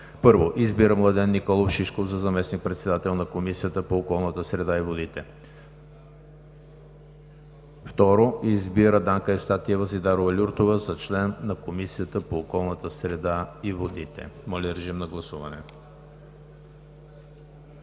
1. Избира Младен Николов Шишков за заместник-председател на Комисията по околната среда и водите. 2. Избира Данка Евстатиева Зидарова¬-Люртова за член на Комисията по околната среда и водите.“ Моля, режим на гласуване.